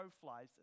flies